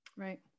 Right